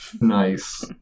nice